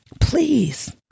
Please